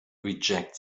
reject